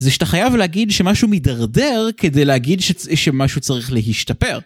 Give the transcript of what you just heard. זה שאתה חייב להגיד שמשהו מדרדר כדי להגיד שמשהו צריך להשתפר